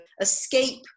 escape